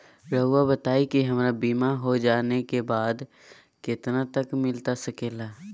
रहुआ बताइए कि हमारा बीमा हो जाने के बाद कितना तक मिलता सके ला?